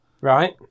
Right